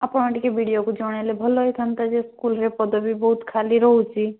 ଆପଣ ଟିକିଏ ବିଡ଼ିଓକୁ ଜଣେଇଲେ ଭଲ ହେଇଥାନ୍ତା ଯେ ସ୍କୁଲରେ ପଦବୀ ବହୁତ ଖାଲି ରହୁଛି